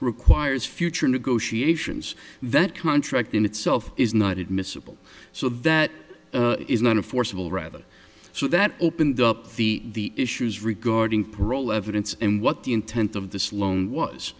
requires future negotiations that contract in itself is not admissible so that is not a forcible rather so that opened up the issues regarding parole evidence and what the intent of this loan was